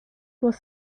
was